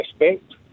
respect